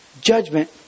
judgment